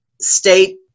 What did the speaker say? state